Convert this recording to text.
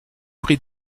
prie